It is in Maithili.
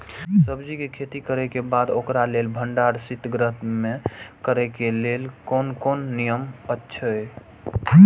सब्जीके खेती करे के बाद ओकरा लेल भण्डार शित गृह में करे के लेल कोन कोन नियम अछि?